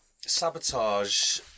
sabotage